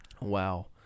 Wow